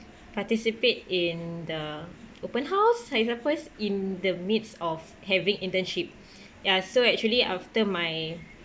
participate in the open house like it was first in the midst of having internship ya so actually after my